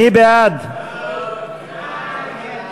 מי בעד ההסתייגות, ירים את ידו.